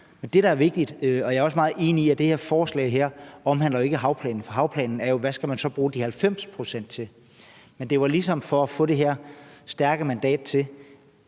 det, vi ønsker. Og jeg er meget enig i, at det her forslag ikke omhandler havplanen, for havplanen er jo, hvad man så skal bruge de 90 pct. til. Men det var ligesom for at få det her stærke mandat,